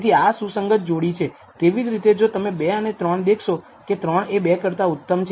તેથી આ સુસંગત જોડી છે તેવી જ રીતે જો તમે 2 અને 3 દેખશો કે 3 એ 2 કરતા ઉત્તમ છે